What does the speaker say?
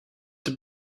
got